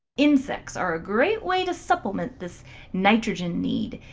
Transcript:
insects are a great way to supplement this nitrogen need.